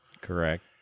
Correct